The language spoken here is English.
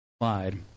slide